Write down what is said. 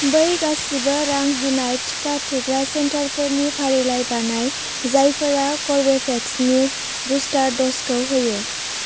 बै गासिबो रां होनाय टिका थुग्रा सेन्टारफोरनि फारिलाइ बानाय जायफोरा कर्वेभेक्सनि बुस्टार द'जखौ होयो